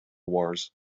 wars